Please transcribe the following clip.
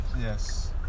Yes